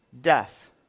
death